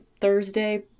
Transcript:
Thursday